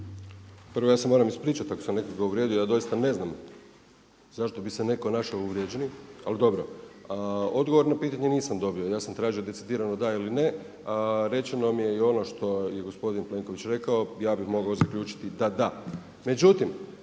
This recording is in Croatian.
Prvo ja se moram ispričati ako sam nekoga uvrijedio, ja doista ne znam zašto bi se netko našao uvrijeđenim, ali dobro. Odgovor na pitanje nisam dobio, ja sam tražio decidirano da ili ne. Rečeno mi je i ono što je gospodin Plenković rekao, ja bih mogao zaključiti da da.